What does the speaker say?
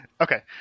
Okay